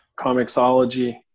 Comicsology